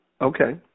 Okay